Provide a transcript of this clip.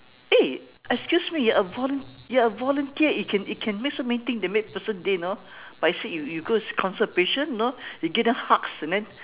eh excuse me you are volun~ you are a volunteer it can it can make so many things that make a person day you know like you said you you go go consult a patient you know you give them hugs and then